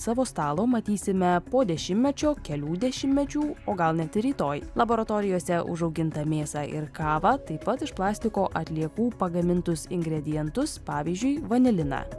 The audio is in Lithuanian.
savo stalo matysime po dešimtmečio kelių dešimtmečių o gal net ir rytoj laboratorijose užaugintą mėsą ir kavą taip pat iš plastiko atliekų pagamintus ingredientus pavyzdžiui vaniliną